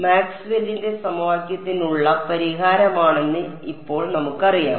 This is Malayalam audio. മാക്സ്വെല്ലിന്റെ സമവാക്യത്തിനുള്ള പരിഹാരമാണെന്ന് ഇപ്പോൾ നമുക്കറിയാം